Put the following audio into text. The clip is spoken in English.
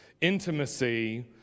intimacy